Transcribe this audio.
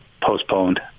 postponed